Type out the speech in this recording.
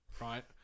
Right